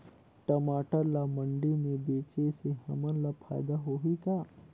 टमाटर ला मंडी मे बेचे से हमन ला फायदा होही का?